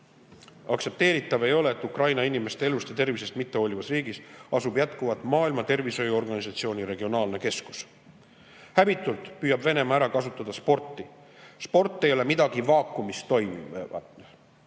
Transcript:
Aktsepteeritav ei ole, et Ukraina inimeste elust ja tervisest mitte hoolivas riigis asub jätkuvalt Maailma Terviseorganisatsiooni regionaalne keskus. Häbitult püüab Venemaa ära kasutada sporti. Sport ei ole midagi vaakumis toimuvat.